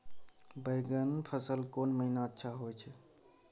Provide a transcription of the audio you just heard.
बैंगन के फसल कोन महिना अच्छा होय छै?